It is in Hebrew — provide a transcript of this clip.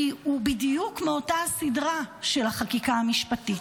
כי הוא בדיוק מאותה סדרה של החקיקה המשפטית.